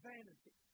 Vanity